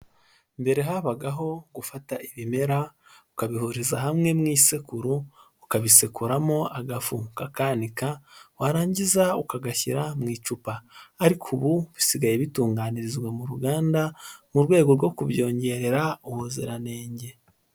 Mbere habagaho gufata ibimera ukabihuriza hamwe mu isekuru ukabisekuramo agafu ukakanika warangiza ukagashyira mu icupa, ariko ubu bisigaye bitungarizwa mu ruganda mu rwego rwo kubyongerera ubuziranenge.